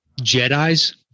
Jedi's